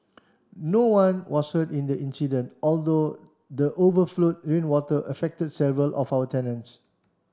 no one was hurt in the incident although the overflowed rainwater affected several of our tenants